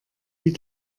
die